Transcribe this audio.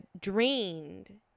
drained